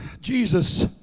Jesus